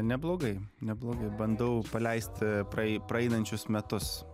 neblogai neblogai bandau paleisti praei praeinančius metus